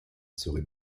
serait